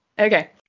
Okay